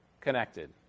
connected